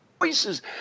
voices